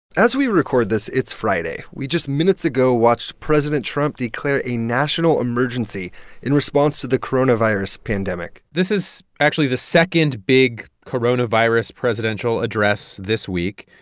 as we record this, it's friday. we just minutes ago watched president trump declare a national emergency in response to the coronavirus pandemic this is actually the second big coronavirus presidential address this week.